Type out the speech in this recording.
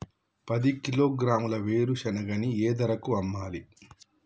పది కిలోగ్రాముల వేరుశనగని ఏ ధరకు అమ్మాలి?